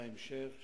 וזה ההמשך.